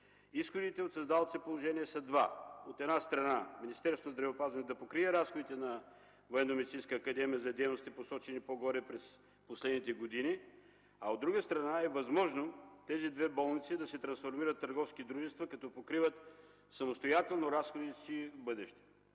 Изходите от създалото се положение са два – от една страна, Министерството на здравеопазването да покрие разходите на Военномедицинска академия за дейностите, посочени по-горе, през последните години, а от друга страна, е възможно тези две болници да се трансформират в търговски дружества като покриват самостоятелно разходите си в бъдеще.